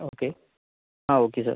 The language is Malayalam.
ഓക്കെ ആ ഓക്കെ സാർ